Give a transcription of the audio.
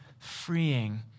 freeing